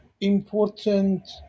important